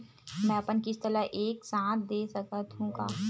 मै अपन किस्त ल एक साथ दे सकत हु का?